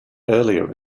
earlier